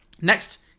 Next